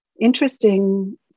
interesting